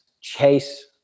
chase